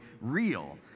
real